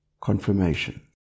confirmation